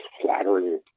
flattering